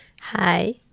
hi